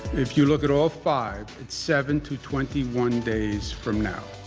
if you look at all five, seven, to twenty one days from now.